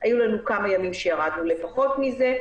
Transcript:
היו לנו כמה ימים שירדנו לפחות מזה,